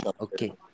Okay